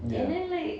ya